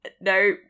no